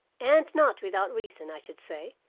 and not without reason i should say,